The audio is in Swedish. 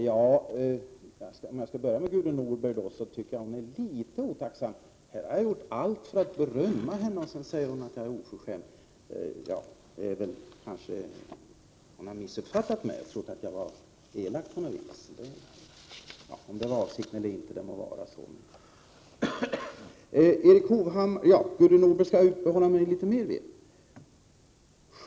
Herr talman! Om jag skall börja med Gudrun Norberg så tycker jag nog att hon ärlitet otacksam. Här har jag gjort allt för att berömma henne, och sedan säger hon att jag är oförskämd. Kanske har hon missuppfattat mig och tror att jag var elak. Om det var avsikten eller inte lämnar jag därhän. Jag skall uppehålla mig litet mer vid Gudrun Norberg.